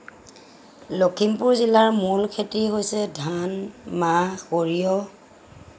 লখিমপুৰ জিলাৰ মূল খেতি হৈছে ধান মাহ সৰিয়হ